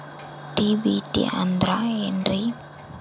DBT ಅಂದ್ರ ಏನ್ರಿ?